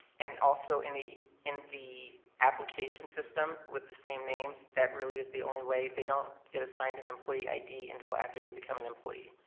and also, in the in the application system with the same names, that really is the only way. they don't get assigned an employee id until after they become an employee.